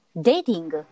dating